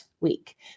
week